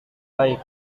baik